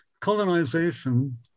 colonization